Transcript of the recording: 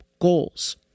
goals